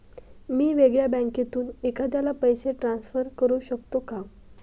मी वेगळ्या बँकेतून एखाद्याला पैसे ट्रान्सफर करू शकतो का?